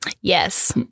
Yes